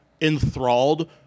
enthralled